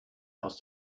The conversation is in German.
aus